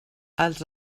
els